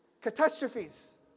catastrophes